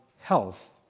health